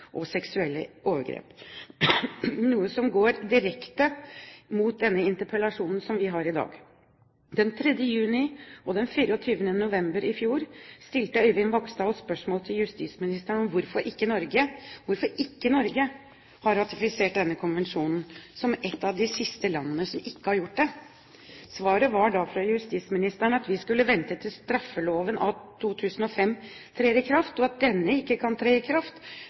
og seksuelle overgrep, noe som går direkte på den interpellasjonen som vi har i dag. Den 3. juni og den 24. november i fjor stilte Øyvind Vaksdal skriftlig spørsmål til justisministeren om hvorfor ikke Norge har ratifisert denne konvensjonen som et av de siste landene som ikke har gjort det. Svaret var da fra justisministeren at vi skulle vente til straffeloven av 2005 trer i kraft, og at denne ikke kan tre i kraft